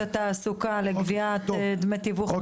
התעסוקה לגביית דמי תיווך מעובדים זרים.